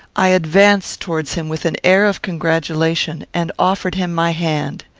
i advanced towards him with an air of congratulation, and offered him my hand.